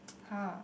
!huh!